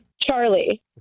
Charlie